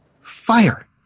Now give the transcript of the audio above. FIRE